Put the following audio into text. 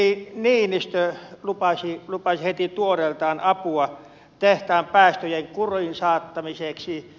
ministeri niinistö lupasi heti tuoreeltaan apua tehtaan päästöjen kuriin saattamiseksi